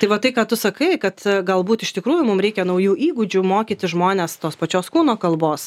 tai va tai ką tu sakai kad galbūt iš tikrųjų mum reikia naujų įgūdžių mokyti žmones tos pačios kūno kalbos